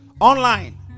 Online